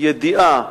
ידיעה